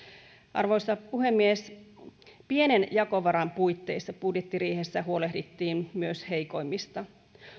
arvoisa puhemies pienen jakovaran puitteissa budjettiriihessä huolehdittiin myös heikoimmista